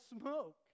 smoke